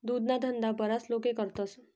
दुधना धंदा बराच लोके करतस